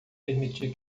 permitir